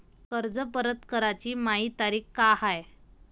कर्ज परत कराची मायी तारीख का हाय?